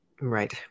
Right